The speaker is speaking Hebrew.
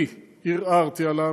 אני ערערתי עליו,